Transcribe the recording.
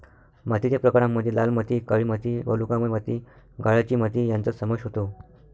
मातीच्या प्रकारांमध्ये लाल माती, काळी माती, वालुकामय माती, गाळाची माती यांचा समावेश होतो